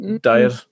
diet